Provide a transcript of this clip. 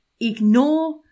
ignore